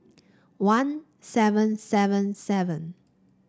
one seven seven seven